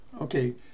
Okay